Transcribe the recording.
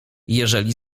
jeżeli